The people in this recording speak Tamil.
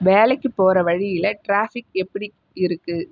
வேலைக்கு போகிற வழியில் டிராஃபிக் எப்படி இருக்கு